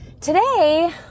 today